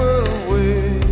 away